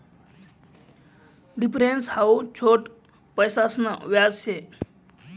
difference हाऊ छोट पैसासन व्याज शे